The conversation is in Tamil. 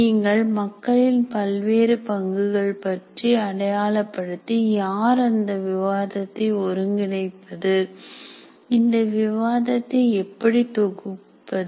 நீங்கள் மக்களின் பல்வேறு பங்குகள் பற்றி அடையாளப்படுத்தி யார் அந்த விவாதத்தை ஒருங்கிணைப்பது இந்த விவாதத்தை எப்படி தொகுப்பது